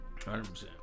100%